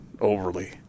overly